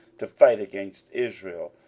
to fight against israel,